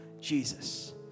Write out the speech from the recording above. Jesus